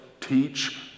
teach